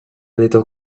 little